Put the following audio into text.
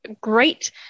great